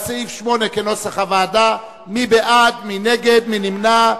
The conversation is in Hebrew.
36 בעד, אין מתנגדים ואין נמנעים.